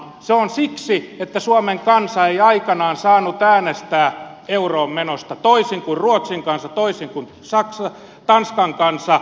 se on siksi että suomen kansa ei aikanaan saanut äänestää euroon menosta toisin kuin ruotsin kansa toisin kuin tanskan kansa